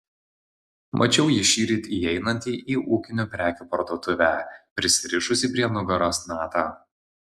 mačiau jį šįryt įeinantį į ūkinių prekių parduotuvę prisirišusį prie nugaros natą